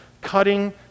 cutting